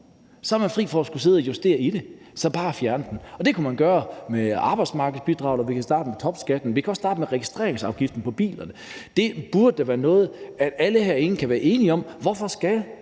Så er man fri for at skulle sidde og justere i det, så er det bare at fjerne det. Det kunne man gøre med arbejdsmarkedsbidraget. Vi kunne også starte med topskatten eller med registreringsafgiften på bilerne. Det burde da være noget, alle herinde kunne være enige om. Hvorfor skal